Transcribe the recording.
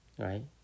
Right